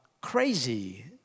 Crazy